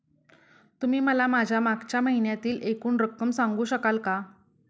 तुम्ही मला माझ्या मागच्या महिन्यातील एकूण रक्कम सांगू शकाल का?